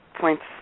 points